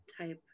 type